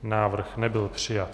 Návrh nebyl přijat.